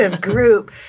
group